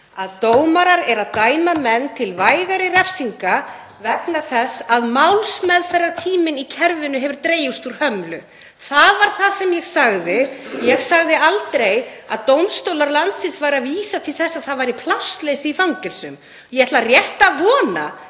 að dómarar eru að dæma menn til vægari refsinga vegna þess að málsmeðferðartíminn í kerfinu hefur dregist úr hömlu. Það var það sem ég sagði. Ég sagði aldrei að dómstólar landsins væru að vísa til þess að það væri plássleysi í fangelsum. Ég ætla rétt að vona